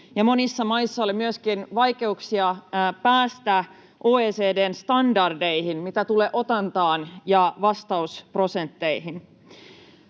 monissa maissa oli myöskin vaikeuksia päästä OECD:n standardeihin, mitä tulee otantaan ja vastausprosentteihin.